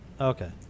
Okay